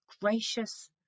gracious